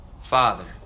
Father